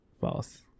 False